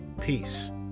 peace